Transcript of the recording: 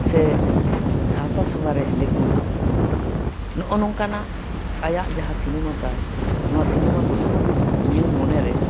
ᱥᱮ ᱥᱟᱶᱛᱟ ᱥᱚᱸᱜᱷᱟ ᱨᱮ ᱦᱮᱸᱫᱮ ᱠᱩᱞ ᱱᱚᱜ ᱱᱚᱝᱠᱟᱱᱟᱜ ᱟᱭᱟᱜ ᱡᱟᱦᱟᱸ ᱥᱤᱱᱮᱢᱟ ᱛᱟᱭ ᱱᱚᱣᱟ ᱥᱤᱱᱮᱢᱟ ᱠᱚᱫᱚ ᱤᱧᱟᱹᱝ ᱢᱚᱱᱮ ᱨᱮ